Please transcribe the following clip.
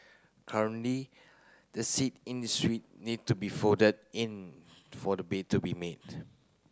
currently the seat in the suite need to be folded in for the bed to be made